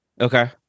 Okay